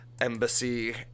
embassy